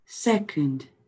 Second